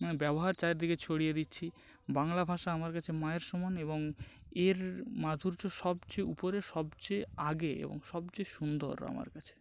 মানে ব্যবহার চারিদিকে ছড়িয়ে দিচ্ছি বাংলা ভাষা আমার কাছে মায়ের সমান এবং এর মাধুর্য সবচেয়ে উপরে সবচেয়ে আগে এবং সবচেয়ে সুন্দর আমার কাছে